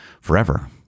forever